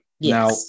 Now